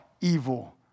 evil